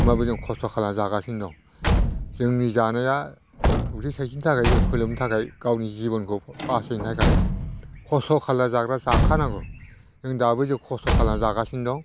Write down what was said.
होनबाबो जों खस्थ' खालामनानै जागासिनो दं जोंनि जानाया उदै थाइसेनि थाखाय जों फोलोमनो थाखाय गावनि जिबनखौ बासायनो थाखाय खस्थ' खालामनानै जाग्रा जाखानांगौ जों दाबो जों खस्थ' खालामनानै जागासिनो दं